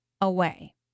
away